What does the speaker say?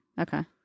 Okay